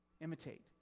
imitate